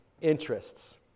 interests